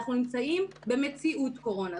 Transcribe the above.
אנחנו נמצאים במציאות קורונה.